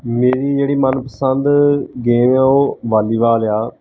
ਮੇਰੀ ਜਿਹੜੀ ਮਨਪਸੰਦ ਗੇਮ ਆ ਉਹ ਵਾਲੀਵਾਲ ਆ